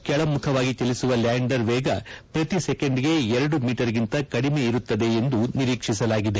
ಕೆಳಮುಖವಾಗಿ ಚಲಿಸುವ ಲ್ಯಾಂಡರ್ ವೇಗ ಪ್ರತಿ ಸೆಕೆಂಡ್ ಗೆ ಎರಡು ಮೀಟರ್ ಗಿಂತ ಕಡಿಮೆ ಇರುತ್ತದೆ ಎಂದು ನಿರೀಕ್ಷಿಸಲಾಗಿದೆ